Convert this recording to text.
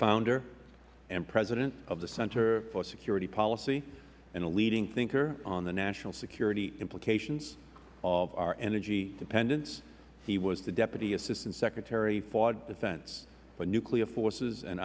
founder and president of the center for security policy and a leading thinker on the national security implications of our energy dependence he was the deputy assistant secretary of defense for nuclear forces and